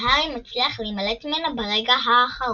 והארי מצליח להימלט ממנו ברגע האחרון.